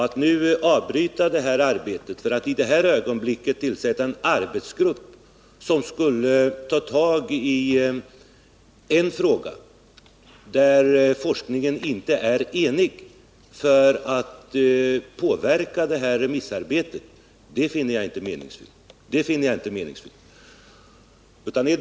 Att nu avbryta remissarbetet och påverka det genom att tillsätta en arbetsgrupp som skulle utreda en enskild fråga, om vilken forskarna inte är eniga, finner jag inte meningsfullt.